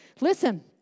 Listen